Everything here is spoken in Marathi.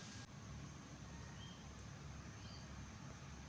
जैव पध्दतीत किटकांचा नियंत्रण कसा करतत?